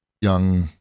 young